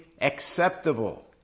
acceptable